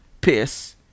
piss